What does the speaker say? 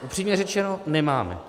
Upřímně řečeno nemáme.